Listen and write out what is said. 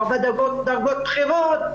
בדרגות בכירות,